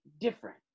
different